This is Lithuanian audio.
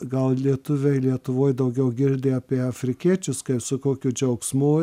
gal lietuviai lietuvoj daugiau girdi apie afrikiečius kaip su kokiu džiaugsmu